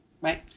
right